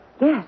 Yes